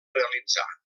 realitzar